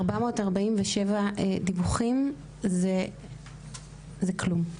447 דיווחים זה כלום.